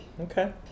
Okay